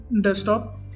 desktop